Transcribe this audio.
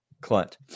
Clint